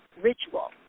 ritual